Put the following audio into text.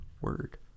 Word